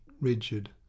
rigid